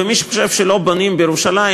ומי שחושב שלא בונים בירושלים,